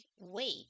wait